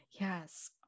Yes